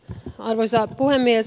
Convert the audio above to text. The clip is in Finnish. arvoisa puhemies